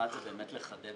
אחד, זה באמת לחדד